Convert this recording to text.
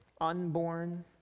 unborn